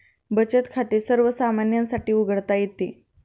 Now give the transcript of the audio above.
बचत खाते सर्वसामान्यांसाठी उघडता येते